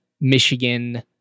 Michigan